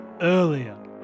earlier